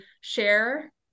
share